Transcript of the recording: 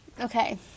okay